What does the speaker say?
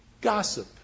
Gossip